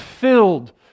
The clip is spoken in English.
filled